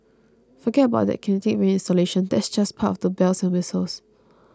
forget about that Kinetic Rain installation that's just part of the bells and whistles